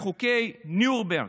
בחוקי נירנברג.